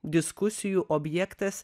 diskusijų objektas